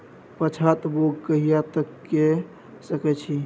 पछात बौग कहिया तक के सकै छी?